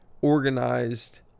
organized